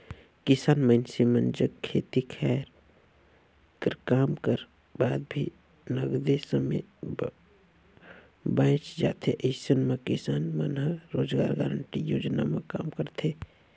किसान मइनसे मन जग खेती खायर कर काम कर बाद भी नगदे समे बाएच जाथे अइसन म किसान मन ह रोजगार गांरटी योजना म काम करथे